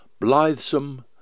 blithesome